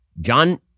John